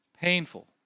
Painful